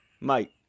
mate